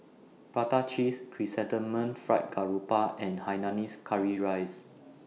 Prata Cheese Chrysanthemum Fried Garoupa and Hainanese Curry Rice